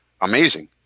Amazing